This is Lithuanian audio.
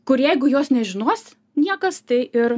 kur jeigu jos nežinosi niekas tai ir